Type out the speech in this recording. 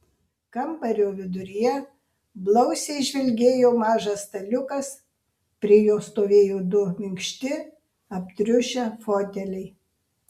kambario viduryje blausiai žvilgėjo mažas staliukas prie jo stovėjo du minkšti aptriušę foteliai